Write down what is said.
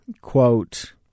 quote